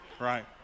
right